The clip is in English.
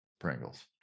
Pringles